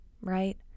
right